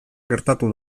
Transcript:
gertatu